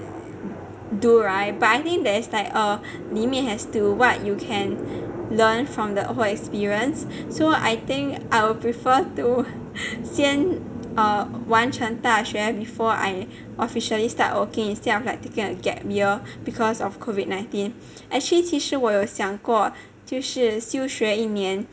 do [right] but I think there's like a limit to what you can learn from the whole experience so I think I would prefer to 先 err 完全大学 before I officially start working instead of like taking a gap year because of COVID nineteen actually 其实我有想过就是休学一年